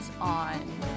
on